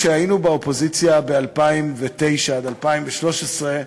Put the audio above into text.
כשהיינו באופוזיציה ב-2009 עד 2013,